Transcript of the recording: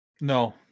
No